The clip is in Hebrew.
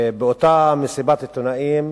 באותה מסיבת עיתונאים